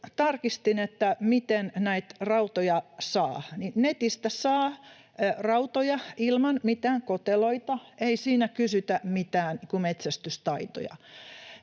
tarkistin, miten näitä rautoja saa, ja netistä saa rautoja ilman mitään koteloita, ei siinä kysytä mitään metsästystaitoja.